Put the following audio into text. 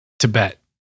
Tibet